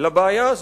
לבעיה הזו.